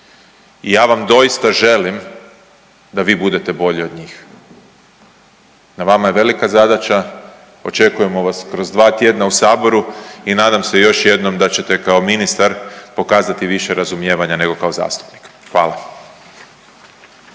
I ja vam doista želim da vi budete bolji od njih. Na vama je velika zadaća, očekujemo vas kroz 2 tjedna u saboru i nadam se još jednom da ćete kao ministar pokazati više razumijevanja nego kao zastupnik. Hvala.